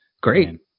Great